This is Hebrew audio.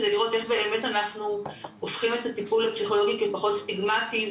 כדי לראות איך באמת אנחנו הופכים את הטיפול הפסיכולוגי לפחות סטיגמטי.